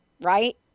right